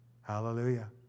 Hallelujah